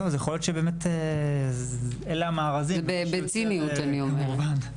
אני אומרת בציניות.